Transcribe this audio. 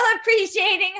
appreciating